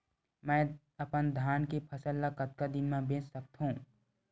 मैं अपन धान के फसल ल कतका दिन म बेच सकथो?